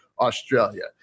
Australia